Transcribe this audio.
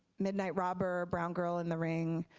midnight robber, brown girl in the ring,